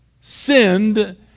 sinned